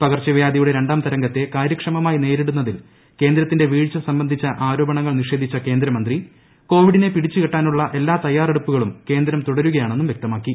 പകർച്ചവ്യാധിയുടെ രണ്ടാം തരംഗത്തെ കാര്യക്ഷമമായി നേരിടുന്നതിൽ കേന്ദ്രത്തിന്റെ വീഴ്ച സംബന്ധിച്ച ആരോപണങ്ങൾ നിഷേധിച്ച കേന്ദ്രമന്ത്രി കോവിഡിനെ പിടിച്ചുകെട്ടാനുള്ള എല്ലാ തയാറെടുപ്പുകളും കേന്ദ്രം തുടരുകയാണെന്നും വൃക്തമാക്കി